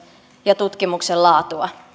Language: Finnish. ja tutkimuksen laatua